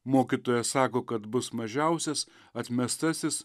mokytoja sako kad bus mažiausias atmestasis